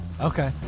Okay